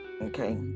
Okay